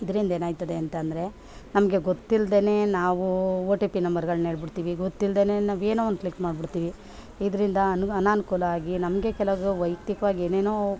ಇದರಿಂದ ಏನಾಯ್ತದೆ ಅಂತ ಅಂದ್ರೆ ನಮಗೆ ಗೊತ್ತಿಲ್ಲದೇ ನಾವು ಓ ಟಿ ಪಿ ನಂಬರ್ಗಳ್ನ ಹೇಳ್ಬಿಡ್ತೀವಿ ಗೊತ್ತಿಲ್ಲದೇನೆ ನಾವು ಏನೋ ಒಂದು ಕ್ಲಿಕ್ ಮಾಡ್ಬಿಡ್ತೀವಿ ಇದರಿಂದ ಅನು ಅನಾನುಕೂಲ ಆಗಿ ನಮಗೆ ಕೆಲವು ವೈಯಕ್ತಿಕವಾಗಿ ಏನೇನೋ